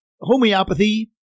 homeopathy